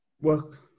Work